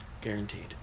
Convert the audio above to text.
Guaranteed